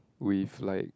with like